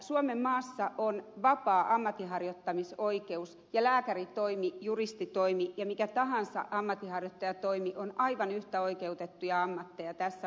suomenmaassa on vapaa ammatinharjoittamisoikeus ja lääkärintoimi juristintoimi ja mikä tahansa ammatinharjoittajantoimi on aivan yhtä oikeutettu tässä maassa